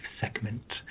segment